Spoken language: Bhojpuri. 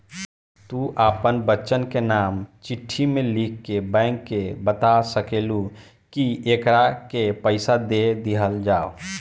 तू आपन बच्चन के नाम चिट्ठी मे लिख के बैंक के बाता सकेलू, कि एकरा के पइसा दे दिहल जाव